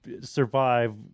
survive